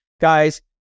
guys